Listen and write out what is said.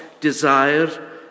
desire